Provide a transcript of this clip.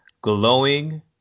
glowing